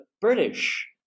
British